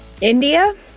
India